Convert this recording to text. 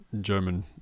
German